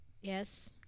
Yes